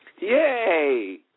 Yay